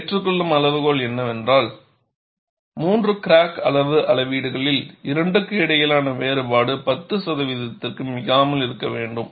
ஏற்றுக்கொள்ளும் அளவுகோல் என்னவென்றால் 3 கிராக் அளவு அளவீடுகளில் 2 க்கு இடையிலான வேறுபாடு 10 சதவீதத்திற்கு மிகாமல் இருக்க வேண்டும்